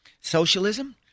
Socialism